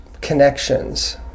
connections